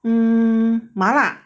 mm 麻辣